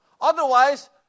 Otherwise